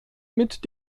mit